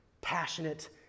passionate